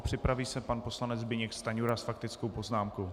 Připraví se pan poslanec Zbyněk Stanjura s faktickou poznámkou.